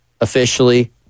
officially